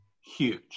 huge